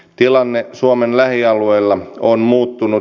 tilanne suomen lähialueilla on muuttunut